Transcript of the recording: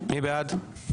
מי בעד?